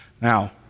Now